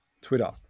Twitter